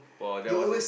while that was it